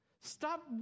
Stop